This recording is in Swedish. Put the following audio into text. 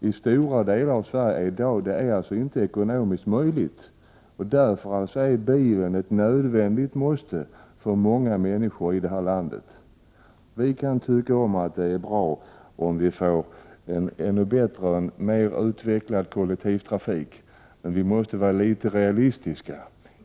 I stora delar av Sverige är detta i dag inte ekonomiskt möjligt. Därför är bilen en nödvändighet för många människor i det här landet. Vi kan tycka det är bra om vi får en ännu bättre och mer utvecklad kollektivtrafik, men vi måste vara litet realistiska.